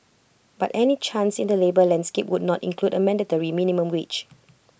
but any change in the labour landscape would not include A mandatory minimum wage